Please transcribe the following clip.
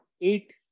eight